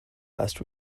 last